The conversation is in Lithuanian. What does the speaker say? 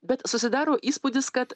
bet susidaro įspūdis kad